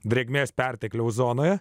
drėgmės pertekliaus zonoje